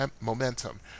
momentum